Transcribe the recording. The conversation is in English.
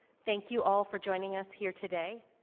thank you all for joining us here today.